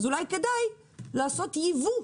אולי כדאי לעשות יבוא,